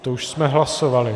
To už jsme hlasovali.